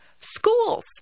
Schools